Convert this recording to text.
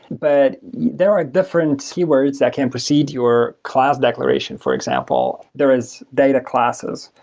but there are different keywords that can proceed your class declaration, for example. there is data classes,